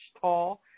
tall